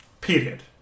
period